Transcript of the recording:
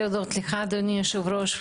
אני רוצה להודות לך אדוני היושב-ראש,